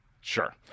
Sure